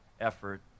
effort